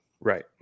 Right